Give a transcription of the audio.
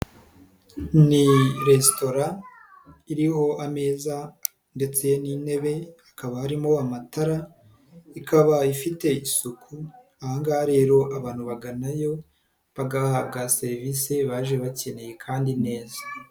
Ni resitora iriho ameza ndetse n'intebe, hakaba arimo amatara ikaba ifite isuku, aha ngaha rero abantu baganayo bagahabwa serivise baje bakeneye kandi neza.